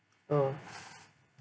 oh